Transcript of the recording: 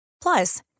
Plus